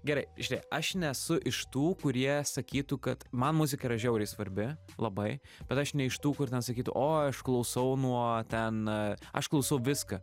gerai žiūrėk aš nesu iš tų kurie sakytų kad man muzika yra žiauriai svarbi labai bet aš ne iš tų kur ten sakytų o aš klausau nuo ten aš klausau viską